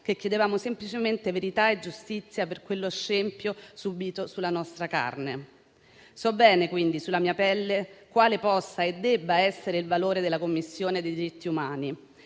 che chiedevamo semplicemente verità e giustizia per quello scempio subito sulla nostra carne. So bene, quindi, sulla mia pelle quale possa e debba essere il valore della Commissione per la